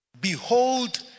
behold